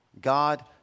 God